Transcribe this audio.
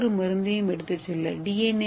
எந்தவொரு மருந்தையும் எடுத்துச் செல்ல டி